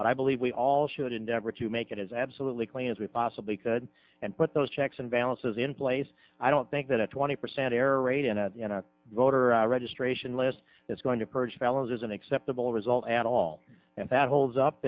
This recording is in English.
but i believe we all should endeavor to make it is absolutely clean as we possibly could and put those checks and balances in place i don't think that a twenty percent error rate in a voter registration list that's going to purge felons is an acceptable result at all and that holds up